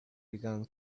began